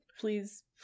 Please